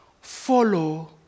Follow